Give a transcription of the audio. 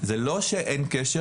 זה לא שאין קשר,